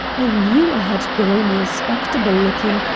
i knew i had grown respectable-looking,